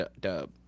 Dub